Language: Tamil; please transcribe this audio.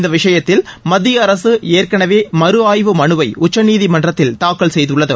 இந்த விஷயத்தில் மத்திய அரசு ஏற்கனவே மறுஆய்வு மனுவை உச்சநீதிமன்றத்தில் தாக்கல் செய்துள்ளது